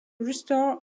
restore